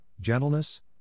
gentleness